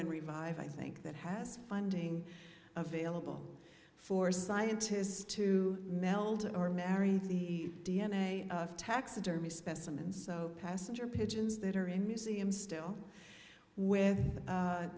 and revive i think that has funding available for scientists to meld or marry the d n a of taxidermy specimens so passenger pigeons that are in museums still with